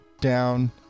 down